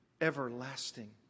everlasting